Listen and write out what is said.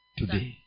today